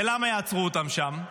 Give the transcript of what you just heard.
ולמה יעצרו אותם שם?